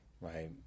right